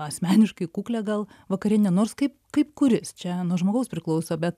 asmeniškai kuklią gal vakarinę nors kaip kaip kuris čia nuo žmogaus priklauso bet